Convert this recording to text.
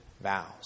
vows